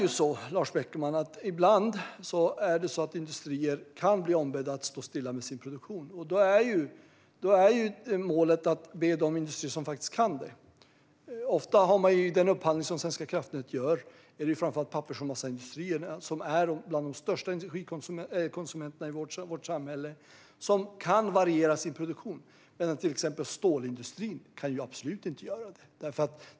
Ja, Lars Beckman, ibland kan industrier bli ombedda att stå stilla med sin produktion. Målet är att man ska be de industrier som faktiskt kan detta. Svenska kraftnät gör upphandling. Det är framför allt pappers och massaindustrierna - de är bland de största energikonsumenterna i vårt samhälle - som kan variera sin produktion. Till exempel stålindustrin kan absolut inte göra det.